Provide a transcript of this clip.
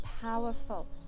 powerful